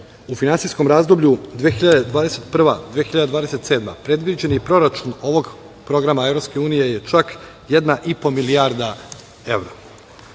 u finansijskom razdoblju 2021. – 2027. godina predviđeni proračun ovog programa EU je čak jedna i po milijarda evra.